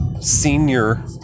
senior